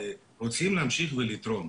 רוצים להמשיך לתרום.